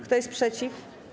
Kto jest przeciw?